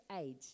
age